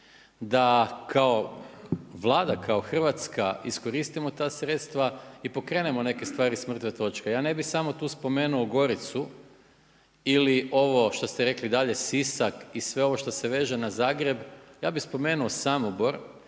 da kao Vlada, kao Hrvatska iskoristimo ta sredstva i pokrenemo neke stvari s mrtve točke. Ja ne bih samo tu spomenuo Goricu ili ovo što ste rekli dalje Sisak i sve ovo što se veže na Zagreb. Ja bih spomenuo Samobor,